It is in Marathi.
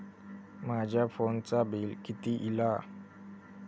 माझ्या फोनचा बिल किती इला?